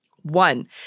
One